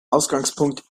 ausgangspunkt